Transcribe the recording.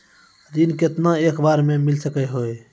ऋण केतना एक बार मैं मिल सके हेय?